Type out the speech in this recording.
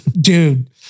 Dude